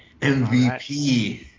MVP